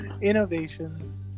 innovations